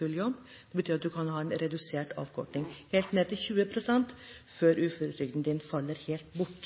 full jobb. Det betyr at en kan ha en redusert avkorting, helt ned til 20 pst., før uføretrygden faller helt bort.